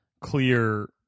clear